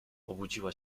obudziła